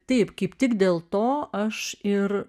taip kaip tik dėl to aš ir